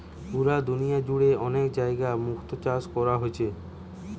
পুরা দুনিয়া জুড়ে অনেক জাগায় মুক্তো চাষ কোরা হচ্ছে